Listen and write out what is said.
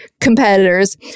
competitors